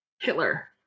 Hitler